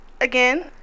Again